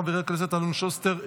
חבר הכנסת אלון שוסטר,